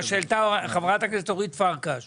מה שהעלתה חברת הכנסת אורית פרקש